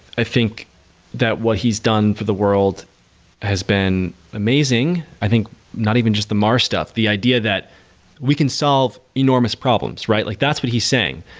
i think that what he's done for the world has been amazing. i think not even just the mars stuff. the idea that we can solve enormous problems, right? like that's what he saying,